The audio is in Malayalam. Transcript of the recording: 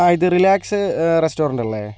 ആ ഇത് റിലാക്സ് റെസ്റ്റോറന്റല്ലേ